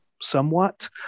somewhat